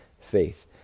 faith